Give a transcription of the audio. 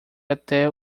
até